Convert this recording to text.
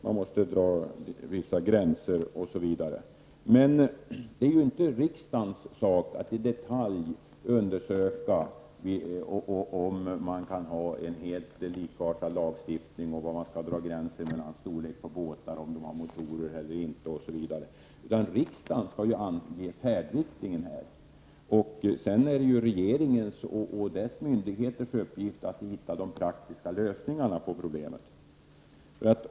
Man måste dra vissa gränser osv. Men det är inte riksdagens sak att i detalj undersöka om man kan ha en helt likartad lagstiftning och var man skall dra gränser när det gäller t.ex. storlek på båtar. Riksdagen skall ange färdriktningen. Sedan är det regeringens och dess myndigheters uppgift att hitta de praktiska lösningarna på problemen.